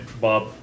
Bob